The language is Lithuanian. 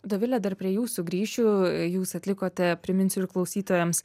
dovile dar prie jūsų grįšiu jūs atlikote priminsiu ir klausytojams